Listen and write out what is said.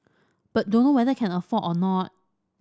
but dunno whether can afford or not